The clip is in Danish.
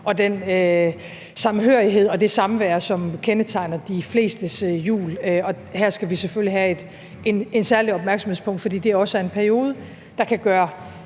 og den samhørighed og det samvær, som kendetegner de flestes jul. Her skal vi selvfølgelig have et særligt opmærksomhedspunkt, fordi det også er en periode, der kan gøre